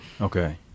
okay